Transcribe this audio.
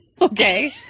Okay